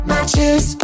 Matches